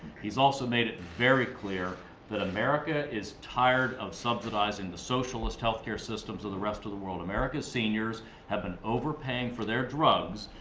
he's also made it very clear that america is tired of subsidizing the socialist healthcare systems in the rest of the world. america's seniors have been overpaying for their drugs,